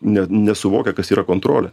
ne nesuvokia kas yra kontrolė